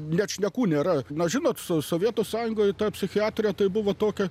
net šnekų nėra na žinot su sovietų sąjungoj ta psichiatrija tai buvo tokia